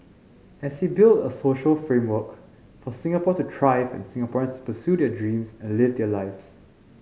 and he build a social framework for Singapore to thrive and Singaporeans pursue their dreams and live their lives